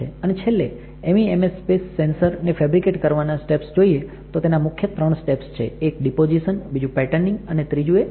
અને છેલ્લે MEMS space sensors ને ફેબ્રીકેટ કરવાના સ્ટેપ્સ જોઈએ તો તેના મુખ્ય ત્રણ સ્ટેપ્સ છે એક ડીપોઝીશન બીજું પેટર્નિંગ અને ત્રીજું એ ઇચિંગ